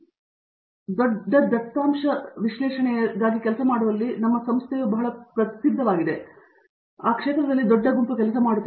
Satyanarayana N Gummadi ದೊಡ್ಡ ದತ್ತ ವಿಶ್ಲೇಷಣೆಗಾಗಿ ಕೆಲಸ ಮಾಡುವಲ್ಲಿ ನಮ್ಮ ಸಂಸ್ಥೆಯು ಬಹಳ ಪ್ರಸಿದ್ಧವಾಗಿದೆ ಅದರಲ್ಲಿ ದೊಡ್ಡ ಗುಂಪು ಕೆಲಸ ಮಾಡುತ್ತದೆ